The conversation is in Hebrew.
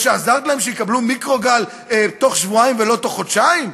שעזרת להם שיקבלו מיקרוגל בתוך שבועיים ולא בתוך חודשיים?